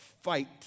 Fight